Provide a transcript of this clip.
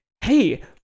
hey